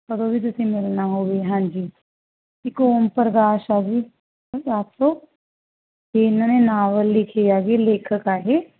ਕਦੋਂ ਵੀ ਤੁਸੀਂ ਮਿਲਣਾ ਹੋਵੇ ਹਾਂਜੀ ਇੱਕ ਓਮ ਪ੍ਰਕਾਸ਼ ਆ ਜੀ ਇਹਨਾਂ ਨੇ ਨਾਵਲ ਲਿਖੇ ਆ ਜੀ ਲੇਖਕ ਆ ਇਹ